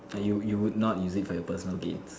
like you you would not use it for your personal gains